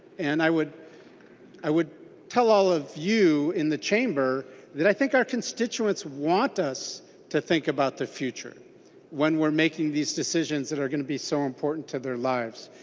and i would i would tell all of you in the chamber that i think our constituents want us to think about the future when we are making these decisions that are going to be so important to their lives.